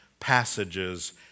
passages